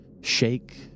Shake